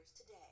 today